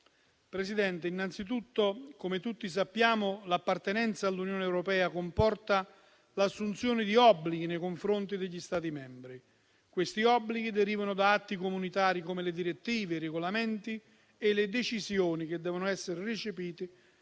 innanzitutto, come tutti sappiamo, l'appartenenza all'Unione europea comporta l'assunzione di obblighi nei confronti degli Stati membri; obblighi che derivano da atti comunitari come le direttive, i regolamenti e le decisioni, che devono essere recepiti